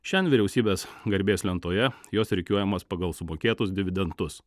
šiandien vyriausybės garbės lentoje jos rikiuojamos pagal sumokėtus dividendus